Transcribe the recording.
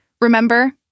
Remember